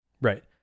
Right